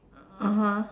(uh huh)